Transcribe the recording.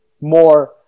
more